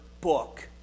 book